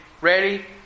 ready